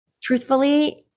truthfully